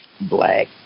black